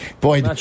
Boy